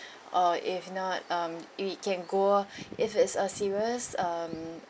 or if not um we can go if it's a serious um